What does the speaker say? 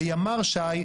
לימ"ר ש"י,